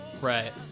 right